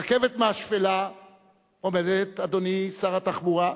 רכבת מהשפלה עומדת, אדוני שר התחבורה,